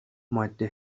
ماده